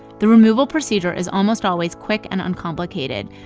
the removal procedure is almost always quick and uncomplicated,